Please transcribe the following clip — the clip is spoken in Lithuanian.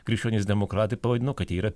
krikščionys demokratai pavadino kad yra